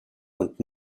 und